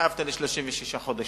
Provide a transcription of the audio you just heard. התחייבת ל-36 חודשים,